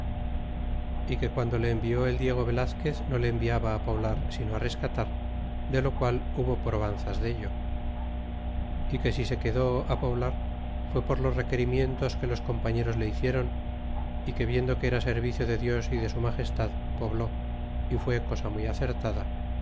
y que guando le envió el diego velazquez no le enviaba poblar sino rescatar de lo qual hubo probanzas dello y que si se quedó poblar fié por los requerimientos que los compañeros le hicieron y que viendo que era servicio de dios y de su magestad pobló y fué cosa muy acertada